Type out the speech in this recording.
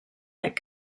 that